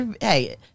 Hey